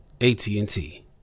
AT&T